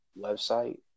website